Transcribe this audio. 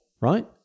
right